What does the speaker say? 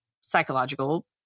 psychological